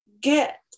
get